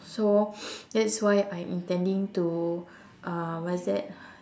so that's why I'm intending to uh what's that